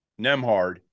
Nemhard